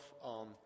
on